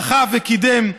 דחף וקידם,